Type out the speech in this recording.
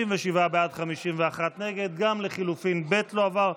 50. לחלופין א' לא עברה.